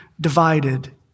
divided